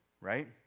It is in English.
Right